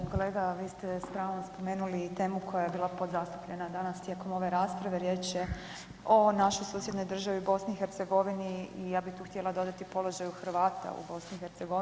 Kolega vi ste s pravom spomenuli i temu koja je bila podzastupljena danas tijekom ove rasprave, riječ je o našoj susjednoj državi BiH i ja bih tu htjela dodati položaju Hrvata u BiH.